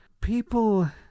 people